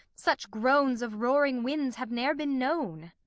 such groans of roaring winds have ne're been known.